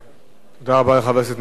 תודה רבה לחבר הכנסת ניצן הורוביץ.